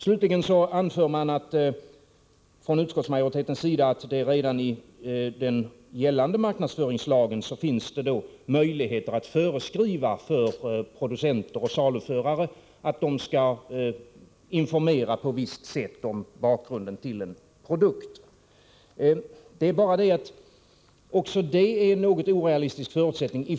Slutligen anför utskottet att det redan i gällande marknadsföringslag finns möjligheter att föreskriva för producenter och saluförare att de skall informera på visst sätt om bakgrunden till en produkt. Men också detta är en något orealistisk förutsättning.